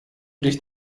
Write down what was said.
dich